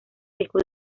dejó